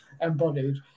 embodied